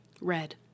Red